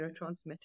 neurotransmitter